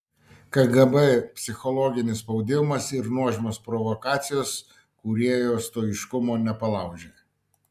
kgb psichologinis spaudimas ir nuožmios provokacijos kūrėjo stoiškumo nepalaužė